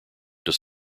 does